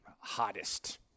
hottest